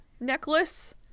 necklace